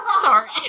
sorry